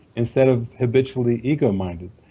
instead of habitually egominded.